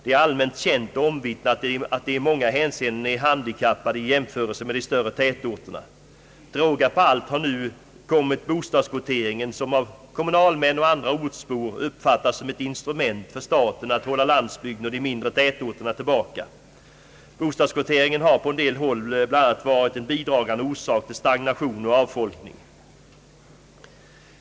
Det är allmänt känt och omvittnat, att de i många hänseenden är handikappade i jämförelse med de större tätorterna. Till råga på allt har nu kommit bostadskvoteringen, som av kommunalmän och andra ortsbor uppfattas som ett instrument för staten att hålla landsbygden och de mindre tätorterna tillbaka. Bostadskvoteringen har på en del håll bl.a. varit en bidragande orsak till stagnation och avfolkning.